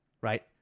right